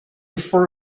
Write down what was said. for